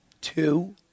Two